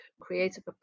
creative